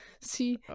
see